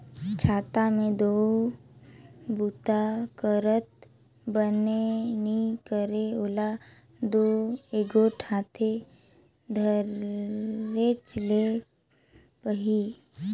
छाता मे दो बूता करत बनबे नी करे ओला दो एगोट हाथे धरेच ले परही